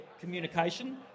communication